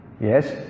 Yes